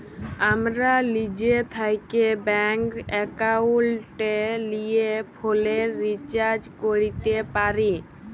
আমরা লিজে থ্যাকে ব্যাংক একাউলটে লিয়ে ফোলের রিচাজ ক্যরতে পারি